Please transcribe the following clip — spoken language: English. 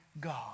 God